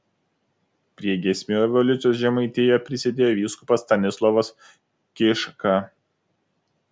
prie giesmių evoliucijos žemaitijoje prisidėjo vyskupas stanislovas kiška